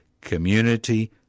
Community